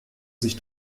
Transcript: sich